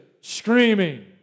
screaming